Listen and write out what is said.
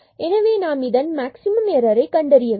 எனவே மற்றும் நாம் இதன் மேக்ஸிமம் ஏரரை கண்டறிய வேண்டும்